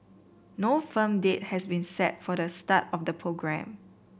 no firm date has been set for the start of the programme